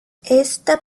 esta